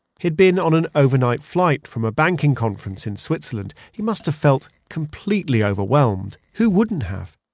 he'd been on an overnight flight from a banking conference in switzerland. he must've felt completely overwhelmed. who wouldn't have?